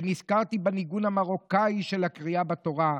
ונזכרתי בניגון המרוקאי של הקריאה בתורה,